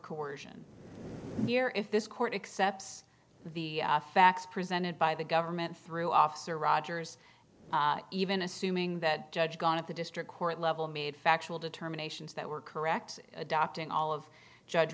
coersion here if this court accept the facts presented by the government through officer rogers even assuming that judge dawn of the district court level made factual determination if that were correct adopting all of judge